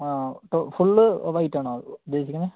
ആ ഫുള്ള് വൈറ്റാണോ ഉദ്ദേശിക്കുന്നത്